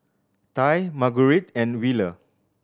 Tye Margurite and Wheeler